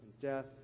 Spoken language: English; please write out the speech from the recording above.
death